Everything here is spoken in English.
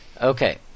Okay